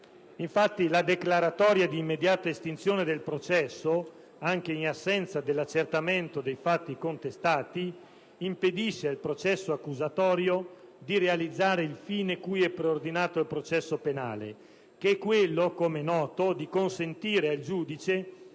Infatti, la declaratoria di immediata estinzione del processo, anche in assenza dell'accertamento dei fatti contestati, impedisce al processo accusatorio di realizzare il fine cui è preordinato il processo penale, che è quello, com'è noto, di consentire al giudice